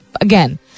Again